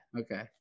Okay